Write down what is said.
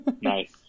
Nice